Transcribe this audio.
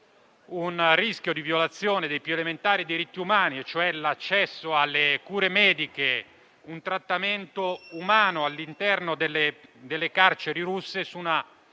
un rischio di violazione dei più elementari diritti umani, come l'accesso alle cure mediche, e per un trattamento umano all'interno delle carceri russe